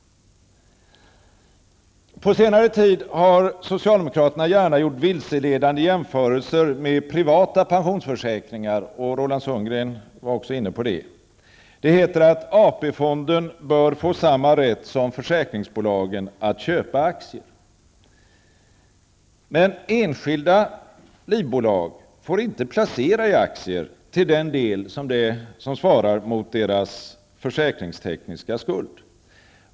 På senare tid har socialdemokraterna gärna gjort vilseledande jämförelser med privata pensionsförsäkringar. Roland Sundgren tog också upp den frågan. Det heter att AP-fonden bör få samma rätt som försäkringsbolagen att köpa aktier. Men enskilda livbolag får inte placera i aktier till den del som svarar mot deras försäkringstekniska skuld.